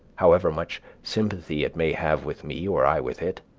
however much sympathy it may have with me or i with it.